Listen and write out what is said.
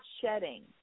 shedding